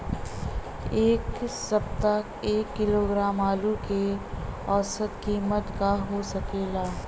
एह सप्ताह एक किलोग्राम आलू क औसत कीमत का हो सकेला?